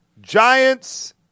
Giants